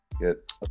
get